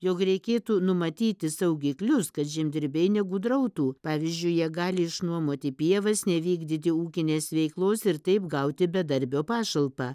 jog reikėtų numatyti saugiklius kad žemdirbiai negudrautų pavyzdžiui jie gali išnuomoti pievas nevykdyti ūkinės veiklos ir taip gauti bedarbio pašalpą